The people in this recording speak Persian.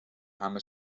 همه